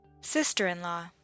sister-in-law